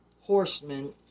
horsemen